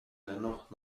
dennoch